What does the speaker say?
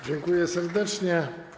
Dziękuję serdecznie.